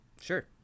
Sure